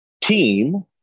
team